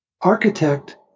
architect